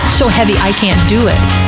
so-heavy-I-can't-do-it